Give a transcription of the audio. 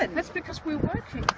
and that's because we're working